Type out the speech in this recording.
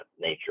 nature